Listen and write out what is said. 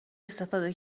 استفاده